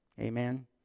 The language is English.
Amen